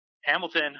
Hamilton